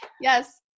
Yes